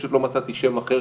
פשוט לא מצאתי שם אחר,